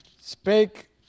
spake